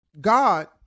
God